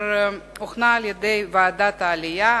אשר הוכנה על-ידי ועדת העלייה,